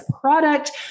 product